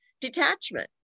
detachment